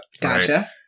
gotcha